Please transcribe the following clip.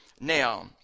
Now